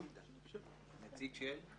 נציג של?